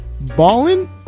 Ballin